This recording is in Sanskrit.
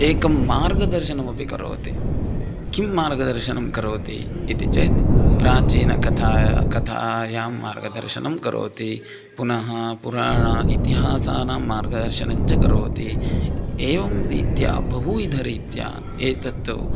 एकं मार्गदर्शनमपि करोति किं मार्गदर्शनं करोति इति चेत् प्राचीनकथा कथायां मार्गदर्शनं करोति पुनः पुराणम् इतिहासानां मार्गदर्शनं च करोति एवं रीत्या बहुविधरीत्या एतत्तु